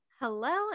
Hello